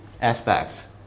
aspects